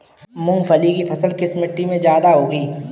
मूंगफली की फसल किस मिट्टी में ज्यादा होगी?